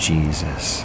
Jesus